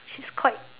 she's quite